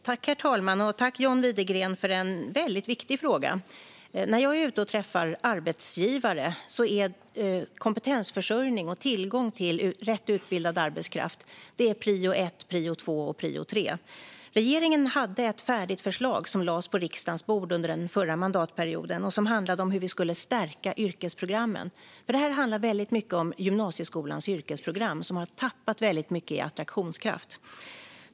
Herr talman! Tack, John Widegren, för en viktig fråga! När jag är ute och träffar arbetsgivare är kompetensförsörjning och tillgång till rätt utbildad arbetskraft prio ett, prio två och prio tre. Regeringen hade ett färdigt förslag som lades på riksdagens bord under den förra mandatperioden och som handlade om hur vi skulle stärka yrkesprogrammen. För det här handlar mycket om gymnasieskolans yrkesprogram, som har tappat stort i attraktionskraft.